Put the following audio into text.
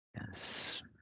Yes